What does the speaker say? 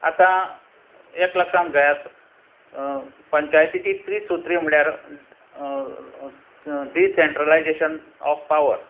आतां एक लक्षांत घेयात पंचायतीची त्री सुत्री म्हळ्यार डिसेंट्रलायजेशन ऑफ पावर